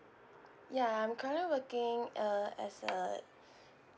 ya I'm currently working uh as a